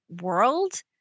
world